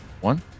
one